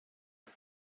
món